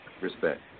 Respect